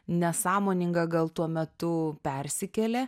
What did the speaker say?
nesąmoninga gal tuo metu persikėlė